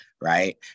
right